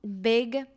big